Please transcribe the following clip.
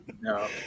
No